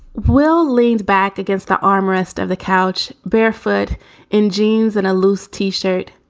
will leaned back against the armrest of the couch, barefoot in jeans and a loose t shirt.